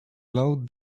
low